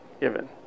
given